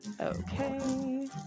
Okay